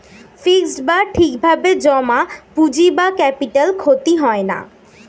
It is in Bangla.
ফিক্সড বা ঠিক ভাবে জমা পুঁজি বা ক্যাপিটাল ক্ষতি হয় না